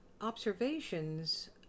observations